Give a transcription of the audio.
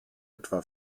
etwa